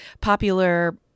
popular